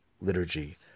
liturgy